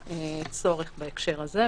הצורך בהקשר הזה,